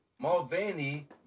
Mulvaney